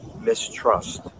mistrust